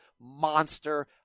monster